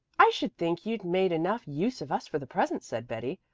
i should think you'd made enough use of us for the present, said betty.